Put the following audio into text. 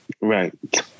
Right